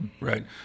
Right